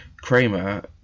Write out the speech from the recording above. Kramer